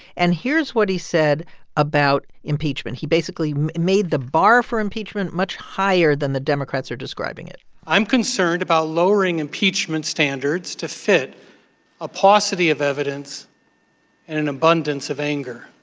and here's what he said about impeachment. he basically made the bar for impeachment much higher than the democrats are describing it i'm concerned about lowering impeachment standards to fit a paucity of evidence and an abundance of anger.